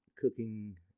cooking